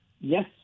Yes